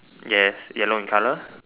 yes yellow in color